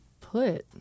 put